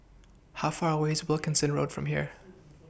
How Far away IS Wilkinson Road from here